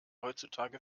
heutzutage